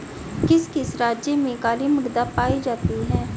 किस किस राज्य में काली मृदा पाई जाती है?